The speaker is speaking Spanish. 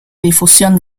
difusión